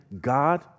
God